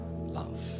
love